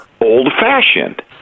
old-fashioned